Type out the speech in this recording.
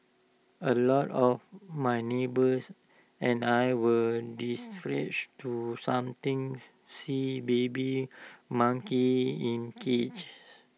A lot of my neighbours and I were distraught to somethings see baby monkeys in cages